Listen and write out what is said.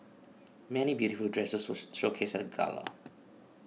many beautiful dresses were showcased at the gala